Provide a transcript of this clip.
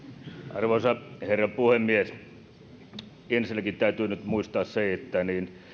arvoisa herra puhemies ensinnäkin täytyy nyt muistaa se että